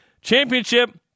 Championship